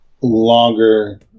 longer